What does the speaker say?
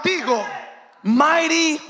Mighty